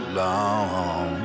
long